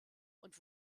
und